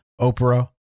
Oprah